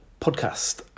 podcast